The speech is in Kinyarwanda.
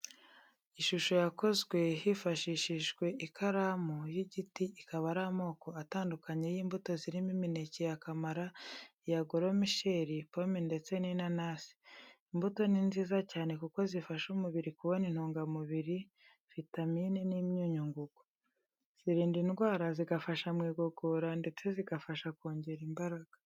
Ishusho yakozwe hifashishijwe ikaramu y'igiti ikaba ari amoko atandukanye y'imbuto zirimo imineke ya kamara, iya goromisheri, pome ndetse n'inanasi. Imbuto ni nziza cyane kuko zifasha umubiri kubona intungamubiri, vitamine n'imyunyungugu. Zirinda indwara, zigafasha mu igogora ndetse zigafasha kongera imbaraga.